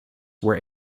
were